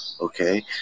okay